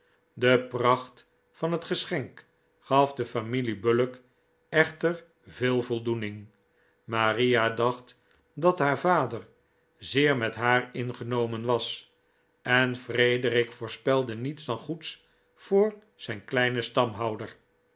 de pracht van het geschenk gaf de familie bullock echter veel voldoening maria dacht dat haar vader zeer met haar ingenomen was en frederic voorspelde niets dan goeds voor zijn kleinen stamhouder